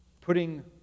Putting